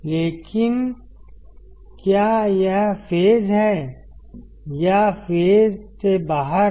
लेकिन क्या यह फेज में है या फेज से बाहर है